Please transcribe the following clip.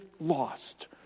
lost